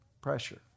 pressure